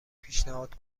پیشنهاد